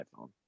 iPhone